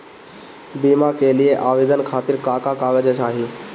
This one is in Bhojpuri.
बीमा के लिए आवेदन खातिर का का कागज चाहि?